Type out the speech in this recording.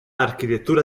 architettura